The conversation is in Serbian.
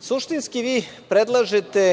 Suštinski vi predlažete